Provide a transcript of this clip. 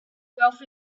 wealth